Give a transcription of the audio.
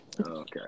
Okay